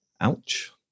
Ouch